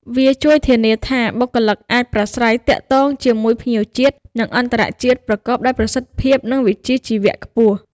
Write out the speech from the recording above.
វាជួយធានាថាបុគ្គលិកអាចប្រាស្រ័យទាក់ទងជាមួយភ្ញៀវជាតិ និងអន្តរជាតិប្រកបដោយប្រសិទ្ធភាព និងវិជ្ជាជីវៈខ្ពស់។